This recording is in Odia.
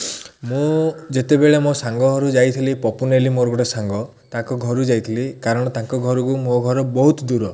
ମୁଁ ଯେତେବେଳେ ମୋ ସାଙ୍ଗ ଘରୁ ଯାଇଥିଲି ପପୁ ନେଲି ମୋର ଗୋଟେ ସାଙ୍ଗ ତାଙ୍କ ଘରୁ ଯାଇଥିଲି କାରଣ ତାଙ୍କ ଘରକୁ ମୋ ଘର ବହୁତ ଦୂର